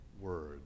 word